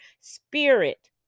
spirit